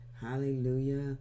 Hallelujah